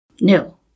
No